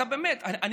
באמת, אני